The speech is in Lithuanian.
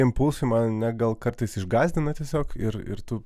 impulsai mane gal kartais išgąsdina tiesiog ir ir tu